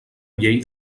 llei